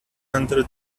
under